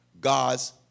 God's